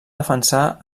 defensar